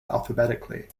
alphabetically